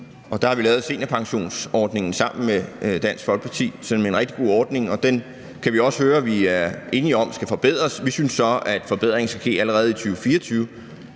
Folkeparti lavet seniorpensionsordningen, som er en rigtig god ordning. Den kan vi også høre at vi er enige om skal forbedres. Vi synes så, at forbedringen skal ske allerede i 2024.